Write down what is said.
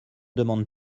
demande